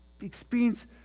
experience